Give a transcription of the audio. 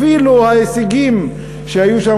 אפילו ההישגים שהיו שם,